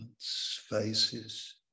faces